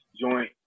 joint